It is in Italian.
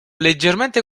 leggermente